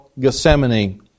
Gethsemane